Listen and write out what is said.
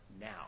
now